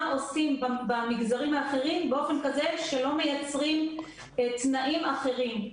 עושים במגזרים האחרים באופן כזה שלא מייצרים תנאים אחרים.